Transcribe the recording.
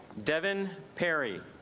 devin perry